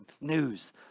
news